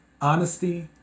honesty